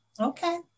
Okay